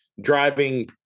driving